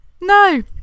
no